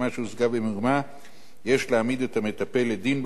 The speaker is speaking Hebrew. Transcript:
יש להעמיד את המטפל לדין בעבירות האינוס.